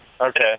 okay